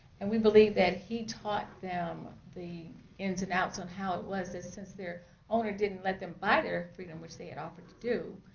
and we believe that he taught them the ins and outs on how it was. and since their owner didn't let them buy their freedom, which they had offered to do,